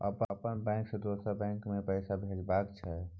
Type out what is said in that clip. अपन बैंक से दोसर बैंक मे पैसा भेजबाक छै?